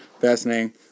fascinating